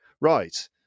Right